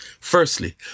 Firstly